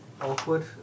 awkward